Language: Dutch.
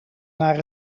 naar